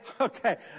okay